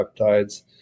peptides